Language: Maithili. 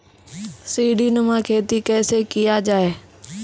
सीडीनुमा खेती कैसे किया जाय?